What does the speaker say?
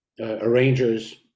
arrangers